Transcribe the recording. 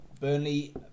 Burnley